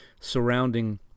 surrounding